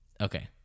okay